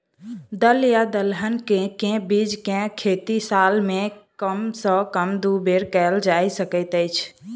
दल या दलहन केँ के बीज केँ खेती साल मे कम सँ कम दु बेर कैल जाय सकैत अछि?